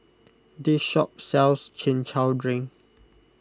this shop sells Chin Chow Drink